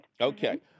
Okay